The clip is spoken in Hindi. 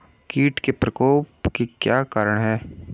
कीट के प्रकोप के क्या कारण हैं?